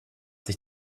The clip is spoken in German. sich